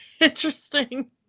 interesting